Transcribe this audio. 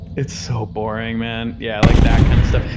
it's so boring, man. yeah, like that kind of stuff,